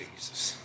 Jesus